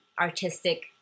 artistic